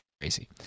crazy